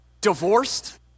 Divorced